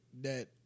that-